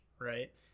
right